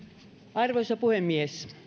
arvoisa puhemies